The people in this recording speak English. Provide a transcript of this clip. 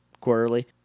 quarterly